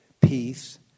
peace